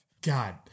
God